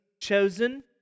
chosen